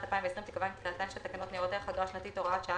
2020 תיקבע עם תחילתן של תקנות ניירות ערך (אגרה שנתית) (הוראת שעה),